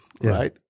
right